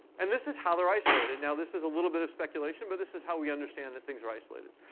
and this is how they're isolated. now this is a little bit of speculation, but this is how we understand that things are isolated.